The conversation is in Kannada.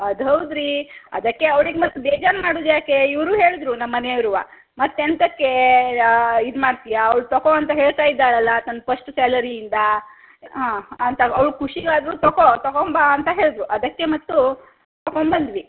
ಅದು ಹೌದು ರೀ ಅದಕ್ಕೆ ಅವ್ಳಿಗೆ ಮತ್ತೆ ಬೇಜಾರು ಮಾಡುವುದ್ಯಾಕೆ ಇವರೂ ಹೇಳಿದ್ರು ನಮ್ಮ ಮನೆಯವ್ರೂ ಮತ್ತೆ ಎಂತಕ್ಕೆ ಇದು ಮಾಡ್ತೀಯಾ ಅವ್ಳು ತಕೋ ಅಂತ ಹೇಳ್ತಾ ಇದ್ದಾಳಲ್ಲ ತನ್ನ ಫಸ್ಟ್ ಸ್ಯಾಲರಿಯಿಂದ ಹಾಂ ಅಂತ ಅವ್ಳ ಖುಷಿಗಾದ್ರೂ ತಕೋ ತಕೊಂಡ್ಬಾ ಅಂತ ಹೇಳಿದ್ರು ಅದಕ್ಕೆ ಮತ್ತು ತಕೊಂಡ್ಬಂದ್ವಿ